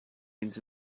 into